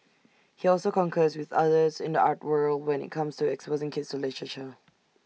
he also concurs with others in the arts world when IT comes to exposing kids to literature